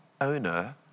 owner